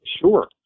Sure